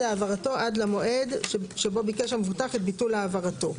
העברתו עד למועד שבו ביקש המבוטח את ביטול העברתו'.